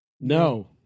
No